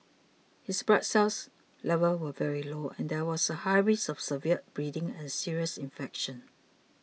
his blood cell levels were very low and there was a high risk of severe bleeding and serious infection